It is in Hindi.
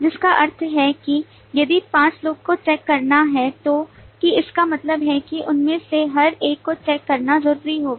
जिसका अर्थ है कि यदि 5 लोगों को चेक करना है तो कि इसका मतलब है कि उनमें से हर एक को चेक करना जरूरी होगा